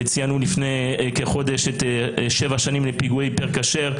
וציינו לפני כחודש שבע שנים לפיגועי "היפר כשר".